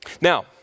Now